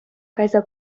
кайса